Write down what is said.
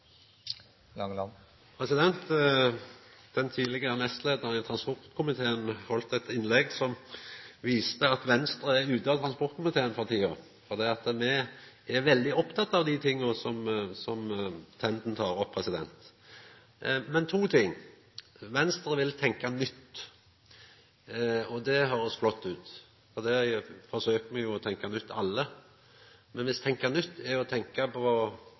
Den tidlegare nestleiaren i transportkomiteen heldt eit innlegg som viste at Venstre er ute av transportkomiteen for tida, for me er veldig opptekne av dei tinga som Tenden tek opp. Men to ting: Venstre vil tenkja nytt, og det høyrest flott ut. Det forsøkjer me jo alle, å tenkja nytt. Men dersom å tenkja nytt er å tenkja på